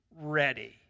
Ready